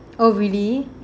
oh really